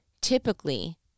typically